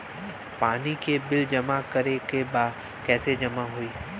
पानी के बिल जमा करे के बा कैसे जमा होई?